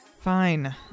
Fine